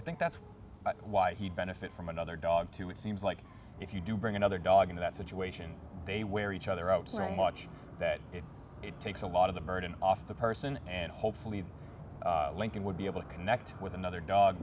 i think that's why he benefit from another dog too it seems like if you do bring another dog into that situation they wear each other out much that it takes a lot of the burden off the person and hopefully lincoln would be able to connect with another dog